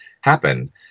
happen